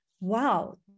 wow